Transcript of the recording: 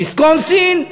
ויסקונסין,